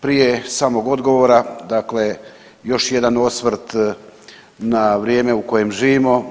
Prije samog odgovora dakle još jedan osvrt na vrijeme u kojem živimo.